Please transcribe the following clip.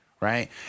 right